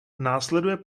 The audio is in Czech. následuje